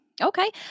Okay